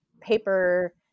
paper